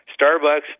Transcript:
Starbucks